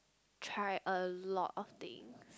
try a lot of thing